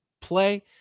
play